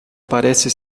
parece